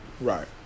Right